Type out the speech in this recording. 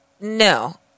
No